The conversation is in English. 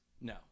No